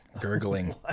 gurgling